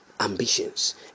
ambitions